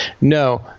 No